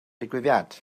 digwyddiad